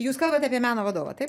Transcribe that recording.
jūs kalbat apie meno vadovą taip